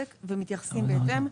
בוקר טוב לכולם.